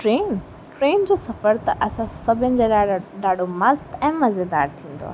train train जो सफ़र त असां सभिनि जॻहि जा ॾाढो मस्तु ऐं मज़ेदार थींदो आहे